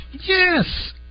Yes